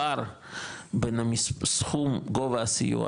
הפער בין הסכום גובה הסיוע,